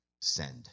send